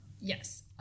Yes